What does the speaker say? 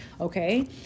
Okay